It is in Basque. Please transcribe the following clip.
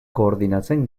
koordinatzen